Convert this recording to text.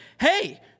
hey